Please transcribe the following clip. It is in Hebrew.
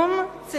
אפס ביצועים.